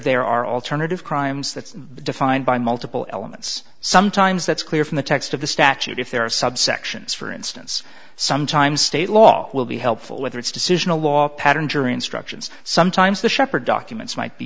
there are alternative crimes that's defined by multiple elements sometimes that's clear from the text of the statute if there are subsections for instance sometimes state law will be helpful whether it's decision a law pattern jury instructions sometimes the shepherd documents might be